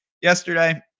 Yesterday